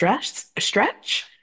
stretch